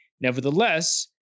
Nevertheless